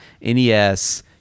NES